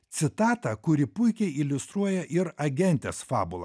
citatą kuri puikiai iliustruoja ir agentės fabulą